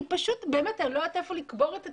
אני פשוט לא יודעת איפה לקבור את עצמי,